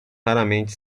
raramente